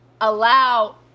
allow